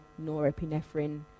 norepinephrine